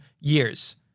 years